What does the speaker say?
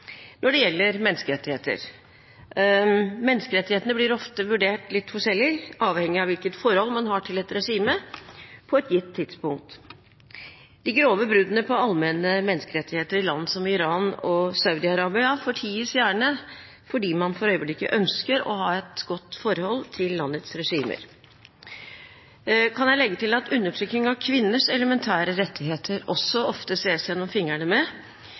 når det gjelder menneskerettigheter. Menneskerettighetene blir ofte vurdert litt forskjellig, avhengig av hvilket forhold man har til et regime på et gitt tidspunkt. De grove bruddene på allmenne menneskerettigheter i land som Iran og Saudi-Arabia forties gjerne fordi man for øyeblikket ønsker å ha et godt forhold til landets regimer. Her kan jeg legge til at undertrykking av kvinners elementære rettigheter ses det også ofte gjennom fingrene med,